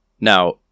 Now